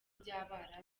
by’abarabu